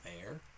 air